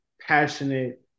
passionate